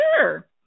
Sure